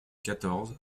quatorze